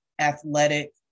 athletic